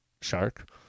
shark